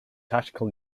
tactical